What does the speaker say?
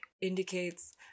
indicates